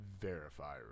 verify